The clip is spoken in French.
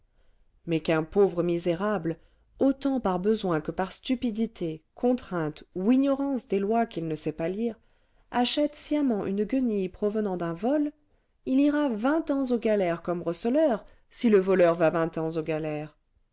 mais qu'un pauvre misérable autant par besoin que par stupidité contrainte ou ignorance des lois qu'il ne sait pas lire achète sciemment une guenille provenant d'un vol il ira vingt ans aux galères comme receleur si le voleur va vingt ans aux galères